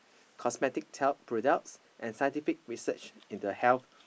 cosmetic talc products and scientific research in the health